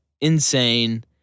insane